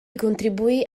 contribuì